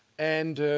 and